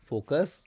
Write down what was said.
Focus